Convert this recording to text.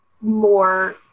more